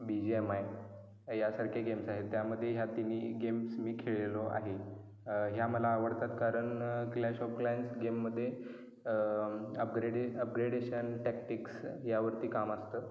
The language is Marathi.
बी जी एम आय यासारखे गेम्स आहे त्यामध्ये ह्या तिन्ही गेम्स मी खेळलो आहे ह्या मला आवडतात कारण क्लॅश ऑफ क्लॅन्स गेममध्ये अपग्रेडे अपग्रेडेशन टॅक्टीक्स यावरती काम असतं